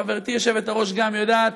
חברתי היושבת-ראש גם יודעת,